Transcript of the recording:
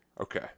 Okay